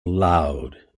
loud